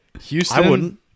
Houston